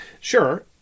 Sure